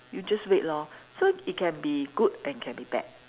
you just wait lor so it can be good and it can be bad